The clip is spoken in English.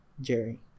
Jerry